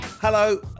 Hello